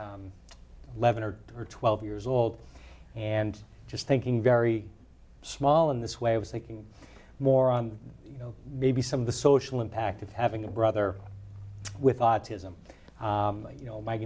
eleven or twelve years old and just thinking very small in this way i was thinking more on you know maybe some of the social impact of having a brother with autism you know m